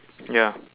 ya